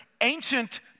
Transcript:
ancient